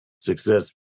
success